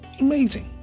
Amazing